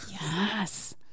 yes